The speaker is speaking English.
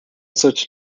such